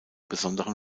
besonderen